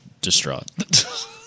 distraught